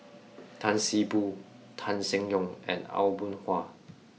Tan See Boo Tan Seng Yong and Aw Boon Haw